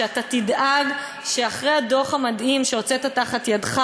שאתה תדאג שאחרי הדוח המדהים שהוצאת מתחת ידיך